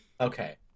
Okay